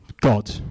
God